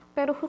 Pero